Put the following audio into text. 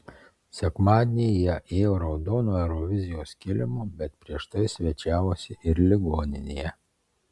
sekmadienį jie ėjo raudonu eurovizijos kilimu bet prieš tai svečiavosi ir ligoninėje